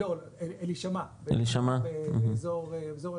לא, אלישמע, באזור השרון.